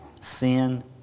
sin